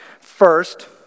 First